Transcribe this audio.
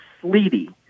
sleety